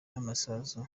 n’amasasu